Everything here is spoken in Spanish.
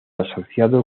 asociado